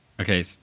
Okay